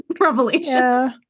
revelations